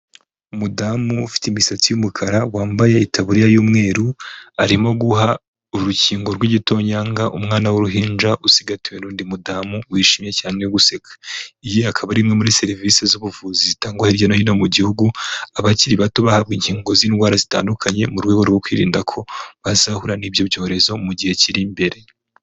Umudamu ufite imisatsi y'umukara wambaye itaburiya y'umweru arimo guha urukingo rw'igitonyanga umwana w'uruhinja usigatiwendi mudamu wishimiyemye cyane uri guseka, iyi akaba ari imwe muri serivisi z'ubuvuzi zitangwa hirya no hino mu gihugu abakiri bato bahabwa inkingo z'indwara zitandukanye mu rwego rwo kwirinda ko bazahura n'ibyo byorezo mu gihe kiri imbere.